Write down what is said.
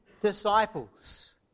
disciples